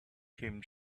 came